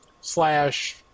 slash